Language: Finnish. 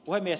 puhemies